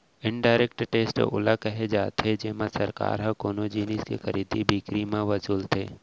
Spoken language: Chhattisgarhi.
इनडायरेक्ट टेक्स ओला केहे जाथे जेमा सरकार ह कोनो जिनिस के खरीदी बिकरी म वसूलथे